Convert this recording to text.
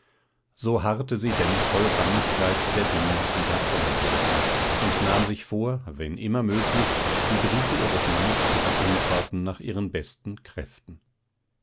so harrte sie denn voll bangigkeit der dinge die da kommen sollten und nahm sich vor wenn immer möglich die briefe ihres mannes zu beantworten nach ihren besten kräften